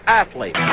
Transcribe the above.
athlete